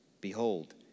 behold